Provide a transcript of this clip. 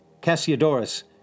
Cassiodorus